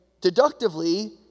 deductively